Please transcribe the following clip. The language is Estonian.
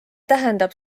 tähendab